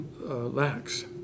lacks